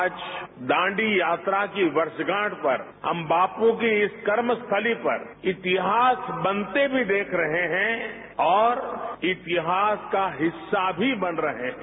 आज दांडी यात्रा की वर्षगांठ पर हम बापू की इस कर्मस्थली पर इतिहास बनते भी देख रहे हैं और इतिहास का हिस्सा भी बन रहे हैं